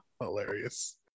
Hilarious